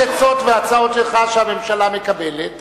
יש עצות והצעות שלך שהממשלה מקבלת,